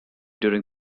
during